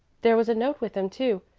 there was a note with them, too,